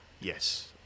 Yes